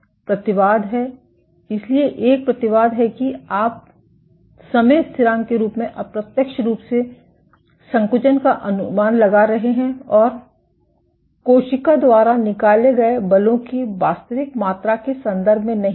प्रतिवाद है इसलिए एक प्रतिवाद है कि आप समय स्थिरांक के रूप में अप्रत्यक्ष रूप से संकुचन का अनुमान लगा रहे हैं और कोशिकाओं द्वारा निकाले गए बलों की वास्तविक मात्रा के संदर्भ में नहीं है